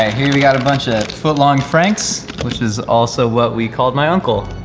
ah here we got a bunch of footlong franks, which is also what we called my uncle.